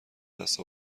دست